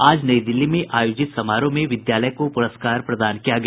आज नई दिल्ली में आयोजित समारोह में विद्यालय को पुरस्कार प्रदान किया गया